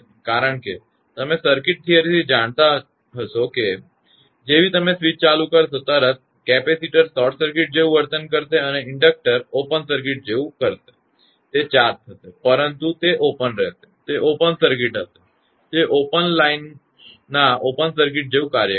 કારણ કે તમે સર્કિટ થિયરીથી જાણો છો કે જેવી તમે સ્વિચ ચાલુ કરશો કે તરત કેપેસિટર શોર્ટ સર્કિટ જેવું વર્તન કરશે અને ઇન્ડકટર ઓપન સર્કિટ જેવું હશે તે ચાર્જ થશે પરંતુ તે ઓપન રહેશે તે ઓપન સર્કિટ હશે તે લાઇનના ઓપન સર્કિટ જેવું કાર્ય કરશે